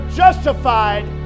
justified